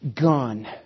Gone